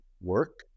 work